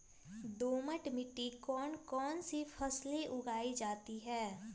दोमट मिट्टी कौन कौन सी फसलें उगाई जाती है?